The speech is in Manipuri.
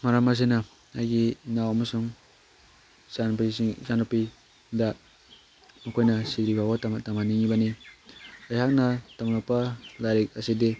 ꯃꯔꯝ ꯑꯁꯤꯅ ꯑꯩꯒꯤ ꯏꯅꯥꯎ ꯑꯃꯁꯨꯡ ꯏꯆꯥꯅꯨꯄꯤꯁꯤꯡ ꯏꯆꯥꯅꯨꯄꯤꯗ ꯃꯈꯣꯏꯅ ꯁꯤꯗ꯭ꯔꯤꯐꯥꯎꯕ ꯇꯝꯍꯟꯅꯤꯡꯉꯤꯕꯅꯤ ꯑꯩꯍꯥꯛꯅ ꯇꯝꯂꯛꯄ ꯂꯥꯏꯔꯤꯛ ꯑꯁꯤꯗꯤ